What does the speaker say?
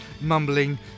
mumbling